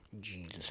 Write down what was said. Jesus